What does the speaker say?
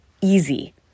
easy